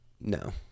No